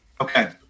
Okay